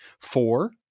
Four